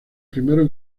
primeros